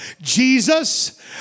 Jesus